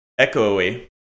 echoey